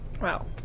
Wow